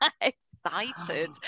excited